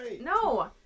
No